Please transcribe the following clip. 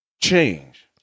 change